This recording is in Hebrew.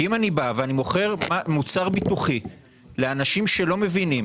כי אם אני בא ואני מוכר מוצר ביטוחי לאנשים שלא מבינים